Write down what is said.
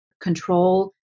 control